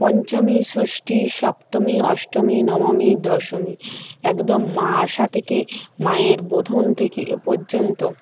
পঞ্চমী ষষ্ঠী সপ্তমী অষ্টমী নবমী দশমী একদম মা আসা থেকে মায়ের বোধন থেকে পর্যন্ত